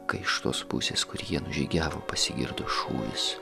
kai iš tos pusės kur jie nužygiavo pasigirdo šūvis